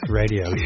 radio